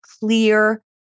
clear